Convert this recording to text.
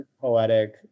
poetic